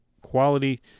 quality